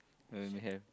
um have